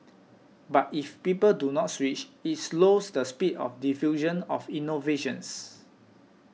but if people do not switch it slows the speed of diffusion of innovations